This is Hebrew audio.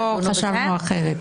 לא חשבנו אחרת.